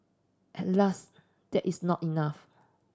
alas that is not enough